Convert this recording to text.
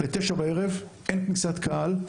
ו-21:00 אין כניסת קהל,